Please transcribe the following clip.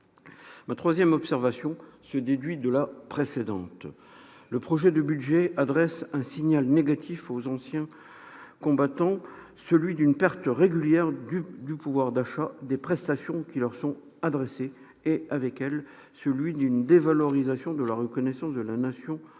Ma troisième observation se déduit de la précédente : le projet de budget adresse un signal négatif aux anciens combattants, celui d'une perte régulière de pouvoir d'achat des prestations qui leur sont adressées et, avec elle, celui d'une dévalorisation de la reconnaissance de la Nation envers